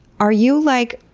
are you like,